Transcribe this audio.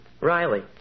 Riley